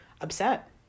upset